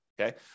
okay